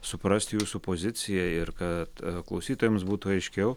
suprasti jūsų poziciją ir kad klausytojams būtų aiškiau